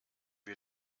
wir